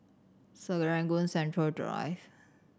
Serangoon Central Drive